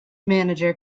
manager